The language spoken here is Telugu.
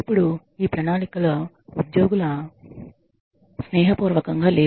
ఇప్పుడు ఈ ప్రణాళికలు ఉద్యోగుల స్నేహపూర్వకంగా లేవు